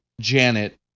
Janet